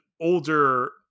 older